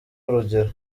urugero